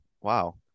wow